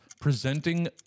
presenting